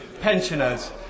pensioners